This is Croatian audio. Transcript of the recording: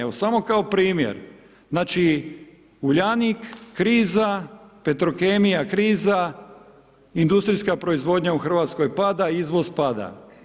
Evo, samo kao primjer, znači, Uljanik kriza, Petrokemija kriza, industrijska proizvodnja u RH pada, izvoz pada.